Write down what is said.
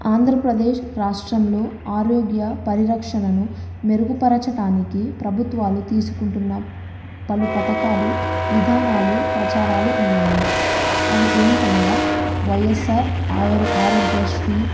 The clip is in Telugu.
ఆంధ్రప్రదేశ్ రాష్ట్రంలో ఆరోగ్య పరిరక్షణను మెరుగుపరచటానికి ప్రభుత్వాలు తీసుకుంటున్న పలు పథకాలు విధానాలు ప్రచారాలు ఉన్నాయి అవి ఏంటనగా వైఎస్ఆర్ ఆయ ఆరోగ్యశ్రీ